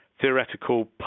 theoretical